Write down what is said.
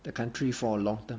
the country for a long term